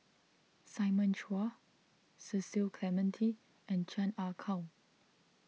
Simon Chua Cecil Clementi and Chan Ah Kow